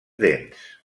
dents